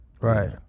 Right